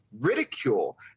ridicule